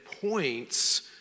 points